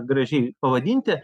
gražiai pavadinti